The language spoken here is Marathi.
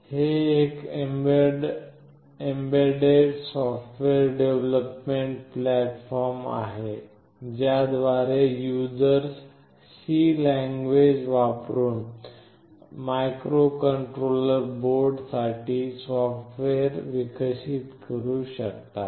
हे एक एम्बेडेड सॉफ्टवेअर डेव्हलपमेंट प्लॅटफॉर्म आहे ज्याद्वारे यूजर्स C लँगवेग वापरुन मायक्रोकंट्रोलर बोर्ड साठी सॉफ्टवेअर विकसित करू शकतात